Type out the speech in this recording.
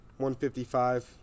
155